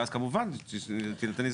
ואז כמובן תינתן הזדמנות.